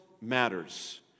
matters